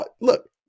Look